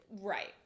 Right